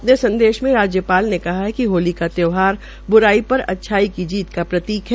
अपने संदेश में राजयपाल ने कहा कि होली का त्यौहार ब्राई पर अच्छाई की जीत का प्रतीक है